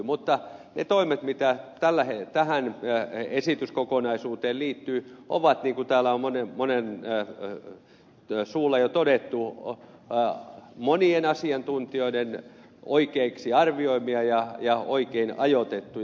mutta ne toimet mitkä tähän esityskokonaisuuteen liittyvät ovat niin kuin täällä on monen suulla jo todettu monien asiantuntijoiden oikeiksi arvioimia ja oikein ajoitettuja